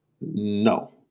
No